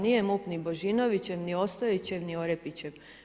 Nije MUP ni Božinovićev, ni Ostojićev, ni Orepićev.